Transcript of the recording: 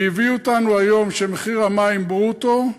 והביאו אותנו היום לכך שמחיר המים ברוטו,